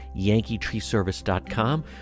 yankeetreeservice.com